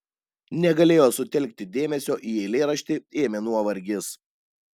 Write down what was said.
negalėjo sutelkti dėmesio į eilėraštį ėmė nuovargis